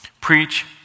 Preach